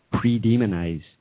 pre-demonize